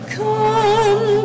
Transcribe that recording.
come